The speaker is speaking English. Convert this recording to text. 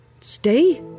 stay